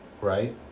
right